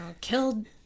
killed